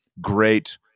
great